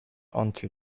onto